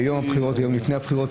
שמחה העלה את הנקודות.